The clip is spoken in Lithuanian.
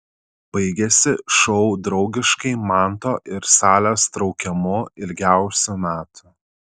baigėsi šou draugiškai manto ir salės traukiamu ilgiausių metų